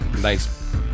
nice